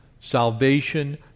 Salvation